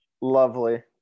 Lovely